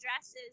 dresses